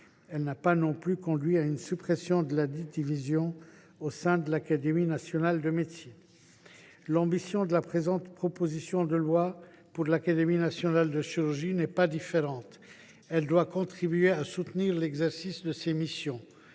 Elle n’a pas non plus conduit à une suppression de ladite division au sein de l’Académie nationale de médecine. L’ambition de la présente proposition de loi pour l’Académie nationale de chirurgie n’est pas différente : il s’agit de contribuer à soutenir l’exercice de ses missions.